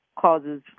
causes